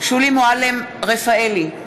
שולי מועלם-רפאלי,